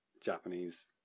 Japanese